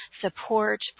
support